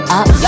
up